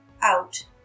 out